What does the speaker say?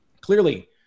clearly